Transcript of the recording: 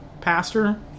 pastor